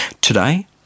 Today